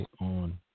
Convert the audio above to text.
on